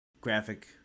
graphic